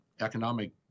economic